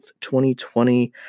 2020